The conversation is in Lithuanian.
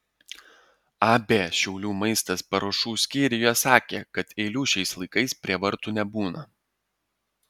ab šiaulių maistas paruošų skyriuje sakė kad eilių šiais laikais prie vartų nebūna